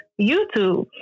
YouTube